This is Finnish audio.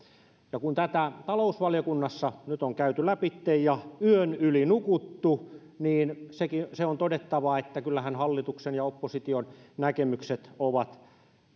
kun tätä talousvaliokunnassa nyt on käyty lävitse ja yön yli nukuttu niin se on todettava että kyllähän hallituksen ja opposition näkemykset ovat